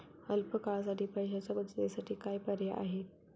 अल्प काळासाठी पैशाच्या बचतीसाठी काय पर्याय आहेत?